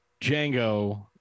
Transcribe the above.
Django